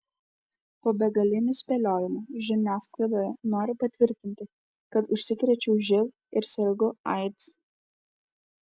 po begalinių spėliojimų žiniasklaidoje noriu patvirtinti kad užsikrėčiau živ ir sergu aids